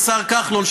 השר כחלון,